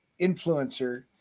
influencer